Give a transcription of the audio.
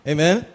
Amen